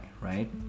right